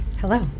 Hello